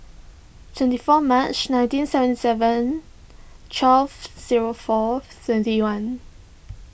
twenty four March nineteen seventy seven twelve zero four twenty one